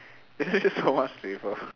isn't it so much safer